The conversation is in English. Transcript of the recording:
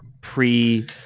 pre